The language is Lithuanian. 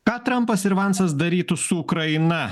ką trampas ir vansas darytų su ukraina